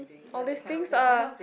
all this things are